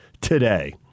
today